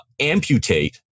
amputate